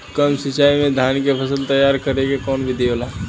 कम सिचाई में धान के फसल तैयार करे क कवन बिधि बा?